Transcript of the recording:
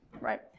right